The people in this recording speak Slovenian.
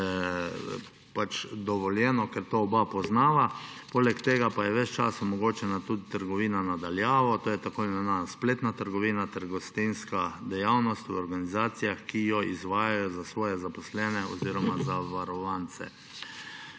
vse dovoljeno, ker to oba poznava. Poleg tega pa je ves čas omogočena tudi trgovina na daljavo, to je tako imenovana spletna trgovina, ter gostinska dejavnost v organizacijah, ki jo izvajajo za svoje zaposlene oziroma za varovance.